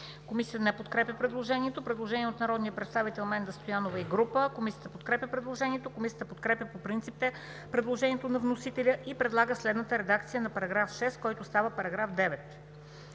Комисията не подкрепя предложението. Предложение от народния представител Менда Стоянова и група народни представители. Комисията подкрепя предложението. Комисията подкрепя по принцип предложението на вносителя и предлага следната редакция на § 6, който става § 9: „§ 9.